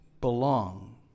belong